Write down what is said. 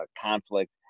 conflict